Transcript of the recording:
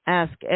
ask